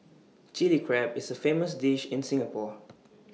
Chilli Crab is A famous dish in Singapore